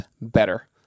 better